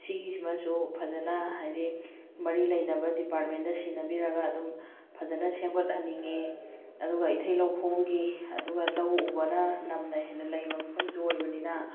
ꯁꯤꯒꯤꯁꯤꯃꯁꯨ ꯐꯖꯅ ꯍꯥꯏꯗꯤ ꯃꯔꯤ ꯂꯩꯅꯕ ꯗꯤꯄꯥꯔꯠꯃꯦꯟꯗ ꯁꯤꯟꯅꯕꯤꯔꯒ ꯑꯗꯨꯝ ꯐꯖꯅ ꯁꯦꯝꯒꯠ ꯍꯟꯅꯤꯡꯉꯦ ꯑꯗꯨꯒ ꯏꯊꯩ ꯂꯧꯈꯣꯡꯒꯤ ꯑꯗꯨꯒ ꯂꯧ ꯎꯕꯅ ꯅꯝꯅ ꯍꯦꯟꯅ ꯂꯩꯕ ꯃꯐꯝꯁꯨ ꯑꯣꯏꯕꯅꯤꯅ